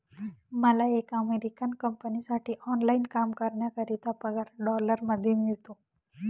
मला एका अमेरिकन कंपनीसाठी ऑनलाइन काम करण्याकरिता पगार डॉलर मध्ये मिळतो